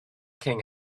king